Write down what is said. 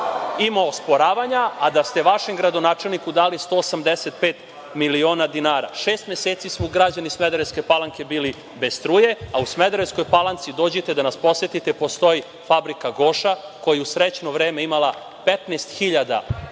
imao osporavanja, a da ste vašem gradonačelniku dali 185 miliona dinara. Šest meseci su građani Smederevske Palanke bili bez struje, a u Smederevskoj Palanci, dođite da nas posetite postoji fabrika „Goša“, koja je u srećno vreme imala 15